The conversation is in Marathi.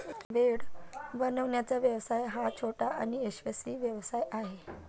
ब्रेड बनवण्याचा व्यवसाय हा छोटा आणि यशस्वी व्यवसाय आहे